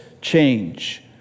change